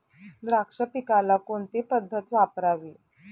द्राक्ष पिकाला कोणती पद्धत वापरावी?